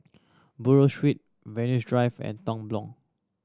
Buroh Street Venus Drive and Tong